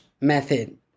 method